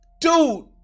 Dude